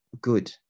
good